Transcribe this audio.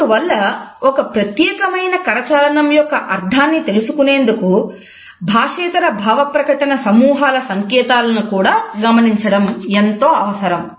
అందువల్ల ఒక ప్రత్యేకమైన కరచాలనం యొక్క అర్థాన్ని తెలుసుకునేందుకు భాషేతర భావ ప్రకటన సమూహాల సంకేతాలను కూడా గమనించడం ఎంతో అవసరం